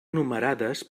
numerades